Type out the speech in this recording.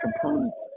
components